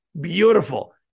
beautiful